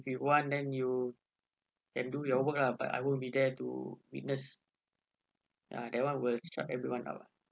you want then you can do your work lah but I will be there to witness ah that one will shut everyone out